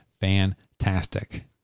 fantastic